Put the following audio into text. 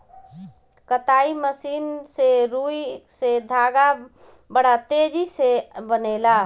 कताई मशीन से रुई से धागा बड़ा तेजी से बनेला